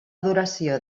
duració